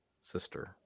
sister